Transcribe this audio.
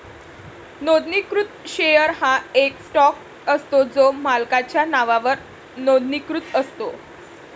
नोंदणीकृत शेअर हा एक स्टॉक असतो जो मालकाच्या नावावर नोंदणीकृत असतो